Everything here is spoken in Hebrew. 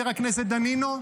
שלום, חבר הכנסת דנינו,